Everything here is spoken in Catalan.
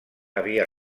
havia